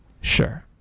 Sure